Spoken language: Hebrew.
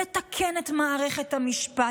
לתקן את מערכת המשפט.